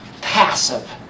passive